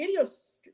videos